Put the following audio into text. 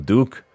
Duke